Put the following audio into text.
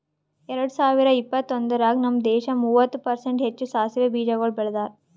ಎರಡ ಸಾವಿರ ಇಪ್ಪತ್ತೊಂದರಾಗ್ ನಮ್ ದೇಶ ಮೂವತ್ತು ಪರ್ಸೆಂಟ್ ಹೆಚ್ಚು ಸಾಸವೆ ಬೀಜಗೊಳ್ ಬೆಳದಾರ್